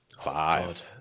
Five